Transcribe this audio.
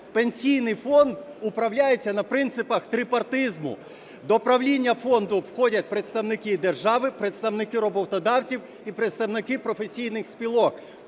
Пенсійний фонд управляється на принципах трипартизму. До правління фонду входять представники держави, представники роботодавців і представники професійних спілок.